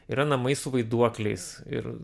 yra namai su vaiduokliais ir